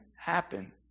happen